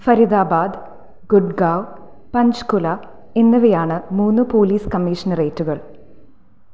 ഫരീദാബാദ് ഗുഡ്ഗാവ് പഞ്ച്കുല എന്നിവയാണ് മൂന്ന് പോലീസ് കമ്മീഷണറേറ്റുകൾ